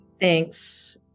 Thanks